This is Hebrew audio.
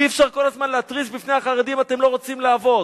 אי-אפשר כל הזמן להתריס בפני החרדים: אתם לא רוצים לעבוד.